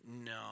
no